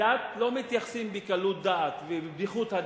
לדת לא מתייחסים בקלות דעת ובבדיחות הדעת,